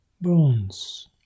bones